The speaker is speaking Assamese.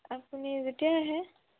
আপুনি যেতিয়াই আহে